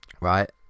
right